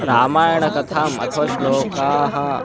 रामायणकथाम् अथवा श्लोकाः